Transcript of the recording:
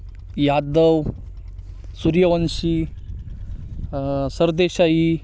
Yadav Suryavanshi Sardesai